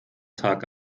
tag